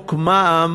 חוק מס ערך